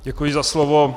Děkuji za slovo.